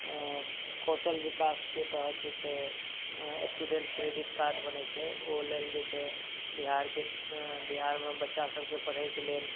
कौशल विकासके तहत जे छै स्टूडेन्ट क्रेडिट कार्ड बनै छै ओहिलेल जे छै बिहारके बिहारमे बच्चा सबके पढ़ैके लेल